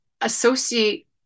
associate